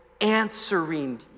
answering